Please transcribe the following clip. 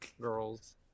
girls